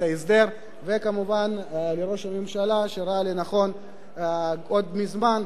ההסדר; כמובן לראש הממשלה שראה לנכון עוד מזמן,